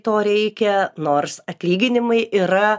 to reikia nors atlyginimai yra